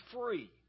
free